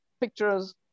pictures